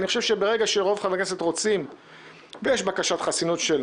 אני חושב שברגע שרוב חברי הכנסת רוצים ויש בקשת חסינות של